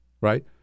right